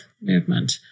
movement